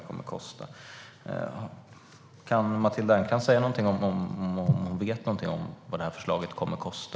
Vet Matilda Ernkrans något om vad detta förslag kommer att kosta?